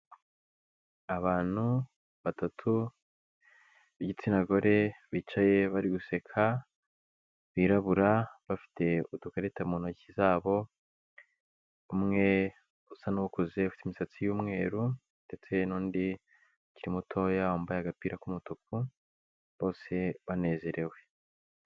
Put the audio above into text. Abantu batatu b'igitsina gore, bicaye bari guseka, birabura, bafite udukarita mu ntoki zabo, umwe usa n'ukuze, ufite imisatsi y'umweru ndetse n'undi ukiri mutoya, wambaye agapira k'umutuku, bose banezerewe.